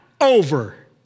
over